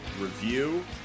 review